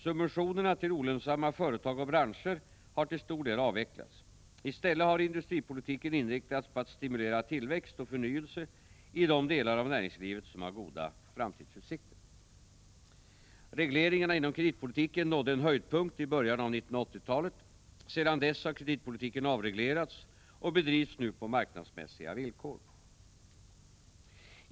Subventionerna till olönsamma företag och branscher har till stor del avvecklats. I stället har industripolitiken inriktats på att stimulera tillväxt och förnyelse i de delar av näringslivet som har goda framtidsutsikter. Regleringarna inom kreditpolitiken nådde en höjdpunkt i början av 1980-talet. Sedan dess har kreditpolitiken avreglerats och bedrivs nu på marknadsmässiga villkor.